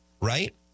right